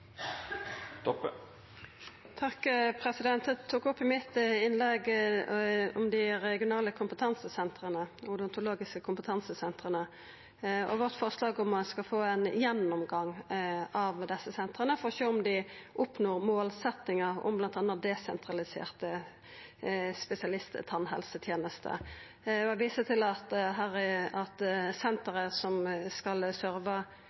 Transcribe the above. tok eg opp dei regionale kompestansesentera, dei odontologiske kompetansesentera, og vårt forslag om å få ein gjennomgang av desse sentera for å sjå om dei oppnår målsetjinga om bl.a. desentraliserte spesialisttannhelsetenester. Eg viser til at